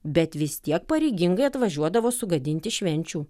bet vis tiek pareigingai atvažiuodavo sugadinti švenčių